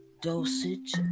dosage